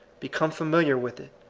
become familiar with it,